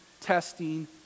testing